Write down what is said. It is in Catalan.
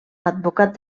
advocat